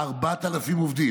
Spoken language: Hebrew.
4,000 עובדים,